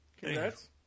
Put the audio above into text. Congrats